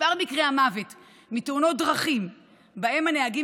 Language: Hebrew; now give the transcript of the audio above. מספר מקרי המוות מתאונות דרכים שבהם הנהגים